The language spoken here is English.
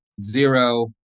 zero